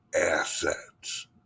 assets